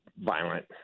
violent